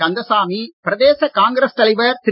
கந்தசாமி பிரதேச காங்கிரஸ் தலைவர் திரு